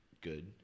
good